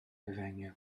efengyl